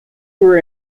were